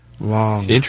Long